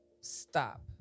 stop